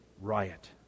riot